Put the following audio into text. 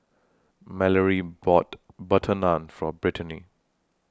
Malorie bought Butter Naan For Brittaney